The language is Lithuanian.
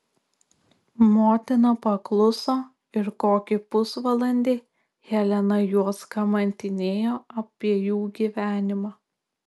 motina pakluso ir kokį pusvalandį helena juos kamantinėjo apie jų gyvenimą